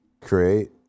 Create